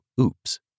Oops